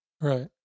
Right